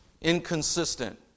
inconsistent